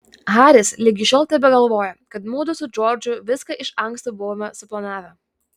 haris ligi šiol tebegalvoja kad mudu su džordžu viską iš anksto buvome suplanavę